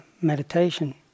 meditation